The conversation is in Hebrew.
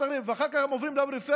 אחרים ואחר כך הם עוברים לפריפריה,